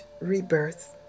rebirth